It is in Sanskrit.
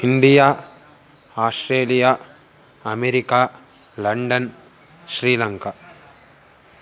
India Australia America London Sri Lanka